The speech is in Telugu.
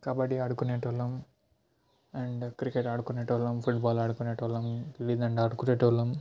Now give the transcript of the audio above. కబడి ఆడుకునేటోళ్లం అండ్ క్రికెట్ ఆడుకునేటోళ్ళం ఫుడ్బాల్ ఆడుకునేటోళ్ళం ఈ విధంగా ఆడుకునేటోళ్ళం